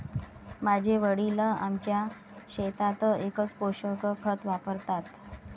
माझे वडील आमच्या शेतात एकच पोषक खत वापरतात